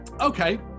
okay